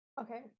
Okay